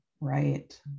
right